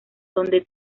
donde